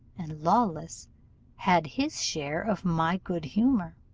and lawless had his share of my good humour.